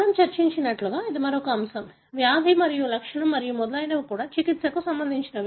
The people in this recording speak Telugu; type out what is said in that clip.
మనము చర్చించినట్లుగా మరొక అంశం వ్యాధి మరియు లక్షణం మరియు మొదలైనవి కూడా చికిత్సకు సంబంధించినవి